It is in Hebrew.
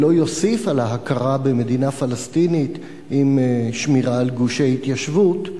ולא יוסיף על ההכרה במדינה פלסטינית עם שמירה על גושי התיישבות,